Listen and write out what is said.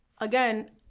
again